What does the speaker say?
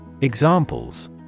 Examples